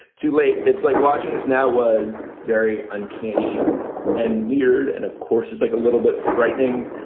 too late. it's like watching this now was very uncanny and weird. and of course, it's like a little bit frightening,